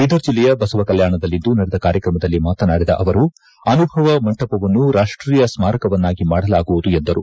ಬೀದರ್ ಜಿಲ್ಲೆಯ ಬಸವ ಕಲ್ಯಾಣದಲ್ಲಿಂದು ನಡೆದ ಕಾರ್ಯಕ್ರಮದಲ್ಲಿ ಮಾತನಾಡಿದ ಅವರು ಅನುಭವ ಮಂಟಪವನ್ನು ರಾಷ್ಷೀಯ ಸ್ನಾರಕವನ್ನಾಗಿ ಮಾಡಲಾಗುವುದು ಎಂದರು